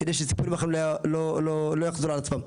כדי שסיפורים אחרים לא יחזרו על עצמם.